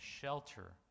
shelter